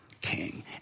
king